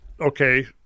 Okay